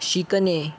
शिकणे